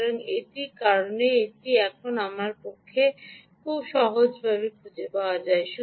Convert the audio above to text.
সুতরাং এটির কারণ এটি এখন আপনার পক্ষে কেন খুব সহজে খুঁজে পাওয়া যায়